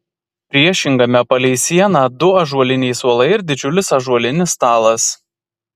priešingame palei sieną du ąžuoliniai suolai ir didžiulis ąžuolinis stalas